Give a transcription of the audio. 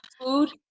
food